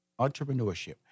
Entrepreneurship